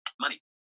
Money